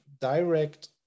direct